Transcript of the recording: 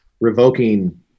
revoking